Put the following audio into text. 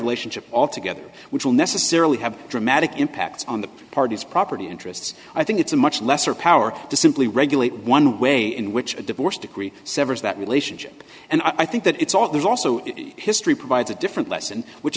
relationship all together which will necessarily have dramatic impact on the parties property interests i think it's a much lesser power to simply regulate one way in which a divorced severs that relationship and i think that it's all there's also history provides a different lesson which